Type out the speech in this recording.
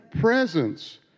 Presence